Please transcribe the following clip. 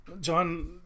John